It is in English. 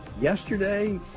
Yesterday